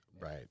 Right